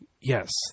Yes